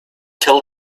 tell